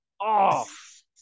off